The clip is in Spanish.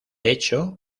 hecho